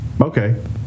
okay